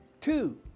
Two